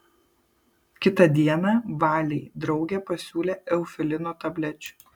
kitą dieną valei draugė pasiūlė eufilino tablečių